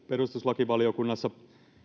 perustuslakivaliokunnassa